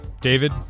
David